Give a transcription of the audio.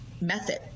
method